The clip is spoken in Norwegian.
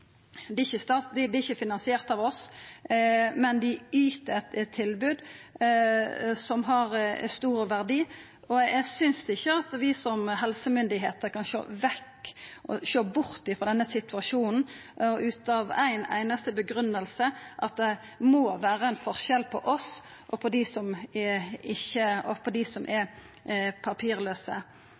dei vert ikkje finansierte av oss, men dei yter eit tilbod som har stor verdi. Eg synest ikkje at vi som helsemyndigheiter kan sjå bort frå denne situasjonen ut frå ei einaste grunngjeving, at det må vera ein forskjell på oss og på dei som er papirlause. Det er slik som representanten frå SV sa: Det er